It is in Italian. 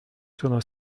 sono